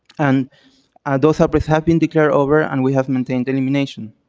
and those outbreaks have been declared over and we have maintained elimination.